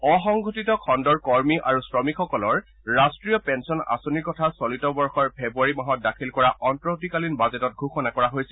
অসংগঠিত খণ্ডৰ কৰ্মী আৰু শ্ৰমিকসকলৰ ৰাষ্ট্ৰীয় পেন্সন আঁচনিৰ কথা চলিত বৰ্ষৰ ফেব্ৰুৱাৰী মাহত দাখিল কৰা অন্তৱৰ্তীকালিন বাজেটত ঘোষণা কৰা হৈছিল